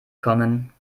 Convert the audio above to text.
kommen